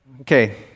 okay